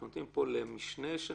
אז פה אנחנו נותנים גם למשנה של